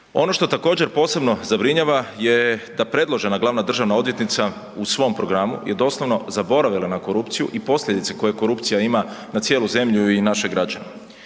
Ono što također posebno zabrinjava je da predložena glavna državna odvjetnica u svom programu je doslovno zaboravila na korupciju i posljedice koje korupcija ima na cijelu zemlju i naše građane.